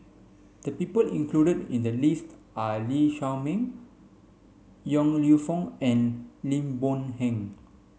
the people included in the list are Lee Shao Meng Yong Lew Foong and Lim Boon Heng